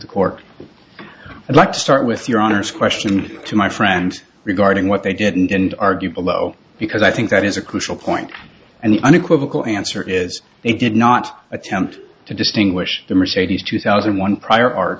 a cork i'd like to start with your honor's question to my friends regarding what they didn't and argue below because i think that is a crucial point and the unequivocal answer is they did not attempt to distinguish the mercedes two thousand one prior